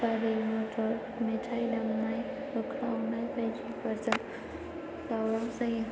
गारि मटर मेथाइ दामनाय होख्रावनाय बायदिफोरजों दावराव जायो